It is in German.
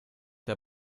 der